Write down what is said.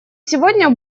сегодня